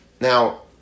Now